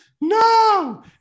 no